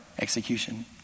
execution